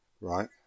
Right